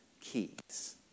keys